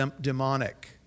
demonic